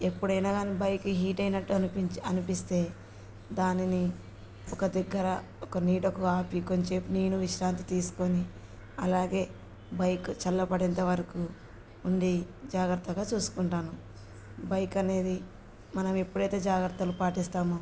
ఎప్పుడైనా కానీ bike heat అయినట్టు అనిపించి అనిపిస్తే దానిని ఒక దగ్గర ఒక నీడకు ఆపి కాసేపు నేను విశ్రాంతి తీసుకొని అలాగే బైక్ చల్లబడేంత వరకు ఉండి జాగ్రత్తగా చూసుకుంటాను బైక్ అనేది మనం ఎప్పుడైతే జాగ్రత్తలు పాటిస్తామో